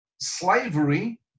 slavery